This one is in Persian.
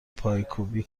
پایکوبی